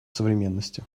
современности